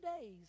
days